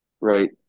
right